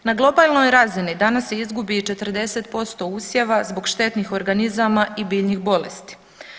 Na globalnoj razni danas se izgubi i 40% usjeva zbog štetnih organizama i biljnih bolesti.